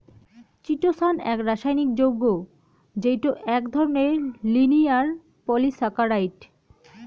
chitosan এক রাসায়নিক যৌগ্য যেইটো এক ধরণের লিনিয়ার পলিসাকারাইড